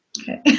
Okay